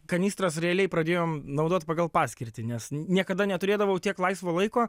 kanistras realiai pradėjom naudot pagal paskirtį nes niekada neturėdavau tiek laisvo laiko